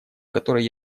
которой